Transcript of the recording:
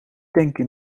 tanken